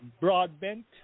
Broadbent